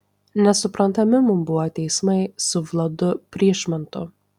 nesuprantami mums buvo teismai su vladu pryšmantu